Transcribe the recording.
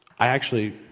i actually,